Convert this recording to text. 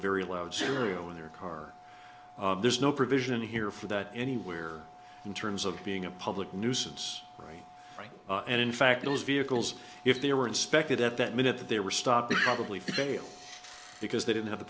very loud serial in their car there's no provision here for that anywhere in terms of being a public nuisance right right and in fact those vehicles if they were inspected at that minute they were stopping hardly fail because they didn't have the